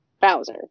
Bowser